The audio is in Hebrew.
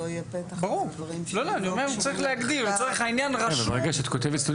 פתח לדברים --- ברגע שאת כותבת סטודנטים,